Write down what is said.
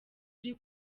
uri